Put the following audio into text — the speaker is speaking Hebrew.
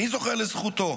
אני זוכר לזכותו: